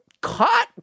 caught